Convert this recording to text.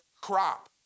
crop